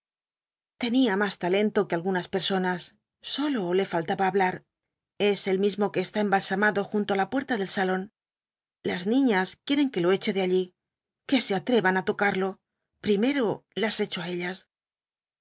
más talento que algunas personas sólo le faltaba hablar es el mismo que está embalsamado junto á la puerta del salón las niñas quieren que lo eche de allí que se atrevan á tocarlo primero las echo á ellas